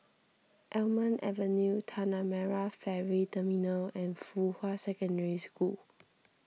Almond Avenue Tanah Merah Ferry Terminal and Fuhua Secondary School